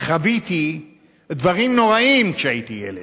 שחוויתי דברים נוראיים כשהייתי ילד.